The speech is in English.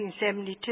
1972